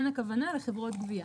אין הכוונה לחברות גבייה.